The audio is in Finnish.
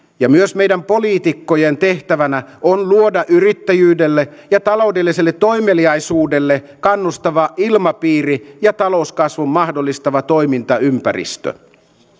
ja myös meidän poliitikkojen tehtävänä on luoda yrittäjyydelle ja taloudelliselle toimeliaisuudelle kannustava ilmapiiri ja talouskasvun mahdollistava toimintaympäristö